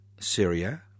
Syria